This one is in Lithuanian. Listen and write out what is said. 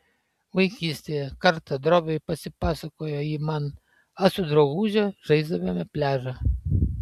vaikystėje kartą droviai pasipasakojo ji man aš su drauguže žaisdavome pliažą